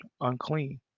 unclean